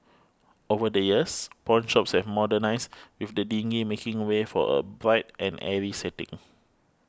over the years pawnshops have modernised with the dingy making way for a bright and airy setting